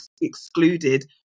excluded